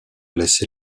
laisser